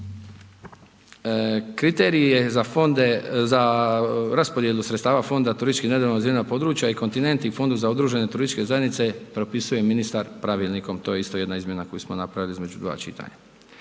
fonde, za raspodjelu sredstava Fonda turistički nerazvijena područja i kontinent i Fondu za udružene turističke zajednice propisuje ministar pravilnikom. To je isto jedna izmjena koju smo napravili između dva čitanja.